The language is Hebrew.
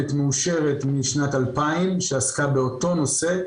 מאושרת משנת 2000 שעסקה באותו נושא,